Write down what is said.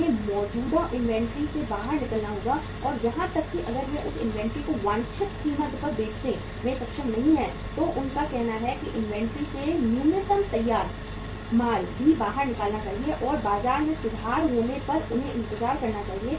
उन्हें मौजूदा इन्वेंट्री से बाहर निकालना होगा और यहां तक कि अगर वे उस इन्वेंट्री को वांछित कीमत पर बेचने में सक्षम नहीं हैं तो उनका कहना है कि इन्वेंट्री से न्यूनतम तैयार माल भी बाहर निकालना चाहिए और बाजार में सुधार होने पर उन्हें इंतजार करना चाहिए